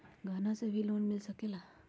गहना से भी लोने मिल सकेला?